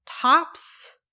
Tops